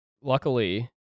luckily